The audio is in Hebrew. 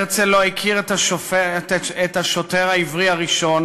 הרצל לא הכיר את השוטר העברי הראשון